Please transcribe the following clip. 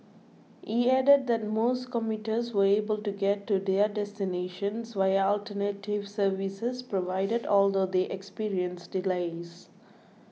he added that most commuters were able to get to their destinations via alternative services provided although they experienced delays